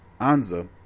anza